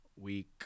Week